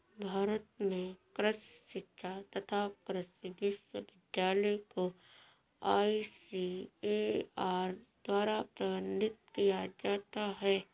भारत में कृषि शिक्षा तथा कृषि विश्वविद्यालय को आईसीएआर द्वारा प्रबंधित किया जाता है